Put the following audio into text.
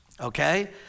okay